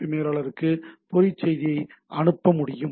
B மேலாளருக்கு பொறி செய்தியை அனுப்ப முடியும்